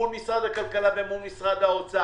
מול משרד הכלכלה ומול משרד האוצר,